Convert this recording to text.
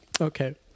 Okay